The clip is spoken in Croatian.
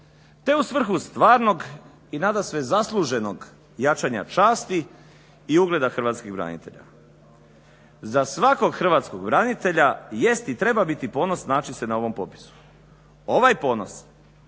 te u svrhu stvarnog i nadasve zasluženog jačanja časti i ugleda hrvatskih branitelja. Za svakog hrvatskog branitelja jest i treba biti ponos naći se na ovom popisu. Ovaj ponos